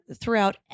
throughout